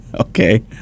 Okay